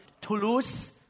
Toulouse